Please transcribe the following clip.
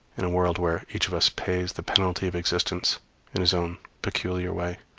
in a world where each of us pays the penalty of existence in his own peculiar way.